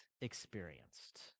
experienced